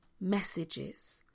messages